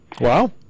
Wow